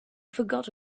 forgot